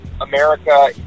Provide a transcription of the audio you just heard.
America